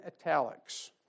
italics